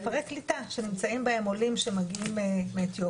כפרי קליטה שנמצאים בהם עולים שמגיעים מאתיופיה,